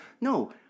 no